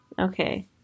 Okay